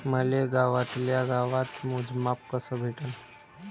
मले गावातल्या गावात मोजमाप कस भेटन?